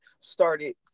started